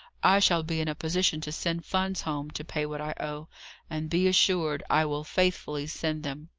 i shall be in a position to send funds home to pay what i owe and be assured, i will faithfully send them.